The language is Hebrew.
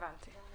הבנתי.